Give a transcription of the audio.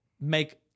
make